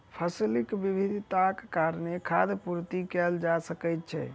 फसीलक विविधताक कारणेँ खाद्य पूर्ति कएल जा सकै छै